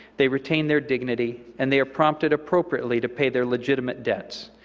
they retain their dignity, and they are prompted appropriately to pay their legitimate debts.